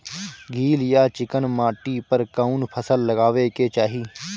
गील या चिकन माटी पर कउन फसल लगावे के चाही?